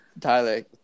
Tyler